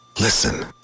Listen